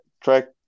track